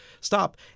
stop